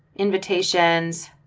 invitations,